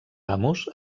amos